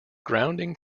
grounding